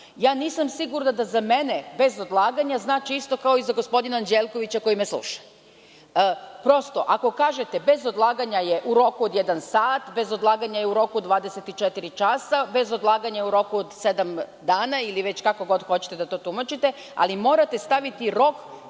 Nisam sigurna da za mene „bez odlaganja“ znači isto kao i za gospodina Anđelkovića, koji me sluša. Prosto, ako kažete - bez odlaganja je u roku od jedan sat, bez odlaganja je u roku od 24 časa, bez odlaganja u roku od sedam dana i već kako god hoćete da to tumačite, ali morate staviti rok